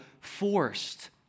forced